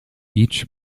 each